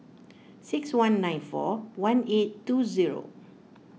six one nine four one eight two zero